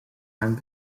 and